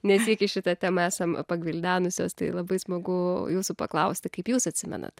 ne tik į šitą temą esam pagvildenusios tai labai smagu jūsų paklausti kaip jūs atsimenat